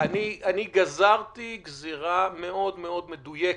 אני גזרתי גזירה מאוד מאוד מדויקת.